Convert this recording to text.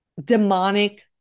demonic